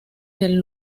del